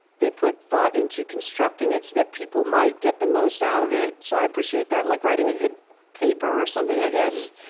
they put thought into constructing it so that people might get the most out of it. so i appreciate that like writing a good paper or something, i guess.